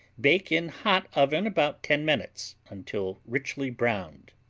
bake in hot oven about ten minutes, until richly browned.